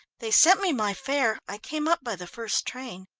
they sent me my fare. i came up by the first train.